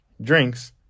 drinks